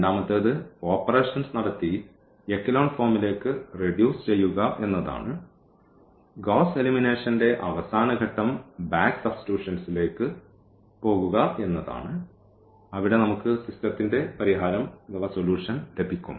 രണ്ടാമത്തേത് ഓപ്പറേഷൻസ് നടത്തി എക്കലോൺ ഫോമിലേക്ക് റെഡ്യൂസ് ചെയ്യുക എന്നതാണ് ഗ്വോസ്സ് എലിമിനേഷന്റെ അവസാന ഘട്ടം ബാക്ക് സബ്സ്റ്റിറ്റുഷൻലേക്ക് പോവുക എന്നതാണ് അവിടെ നമുക്ക് സിസ്റ്റത്തിന്റെ പരിഹാരം ലഭിക്കും